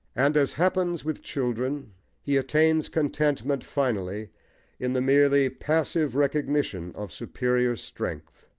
and as happens with children he attains contentment finally in the merely passive recognition of superior strength,